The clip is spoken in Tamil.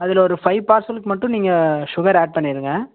அதில் ஒரு ஃபைவ் பார்சலுக்கு மட்டும் நீங்கள் சுகர் ஆட் பண்ணிடுங்க